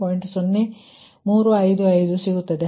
0355 ಸಿಗುತ್ತದೆ